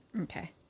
Okay